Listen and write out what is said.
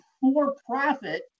for-profit